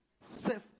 safe